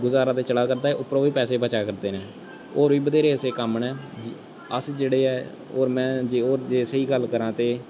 गुजारा ते चला करदा ऐ उप्परा बी पैसे बचा करदे न होर बी बत्थेरे ऐसे कम्म न अस जेह्ड़े ऐ होर में होर जे स्हेई गल्ल करांऽ ते